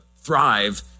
thrive